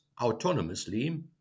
autonomously